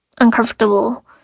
uncomfortable